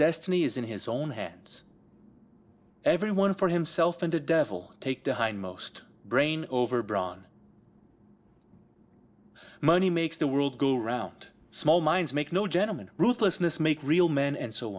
destiny is in his own hands every one for himself and the devil take the hindmost brain over brawn money makes the world go round small minds make no gentleman ruthlessness make real men and so